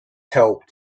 helped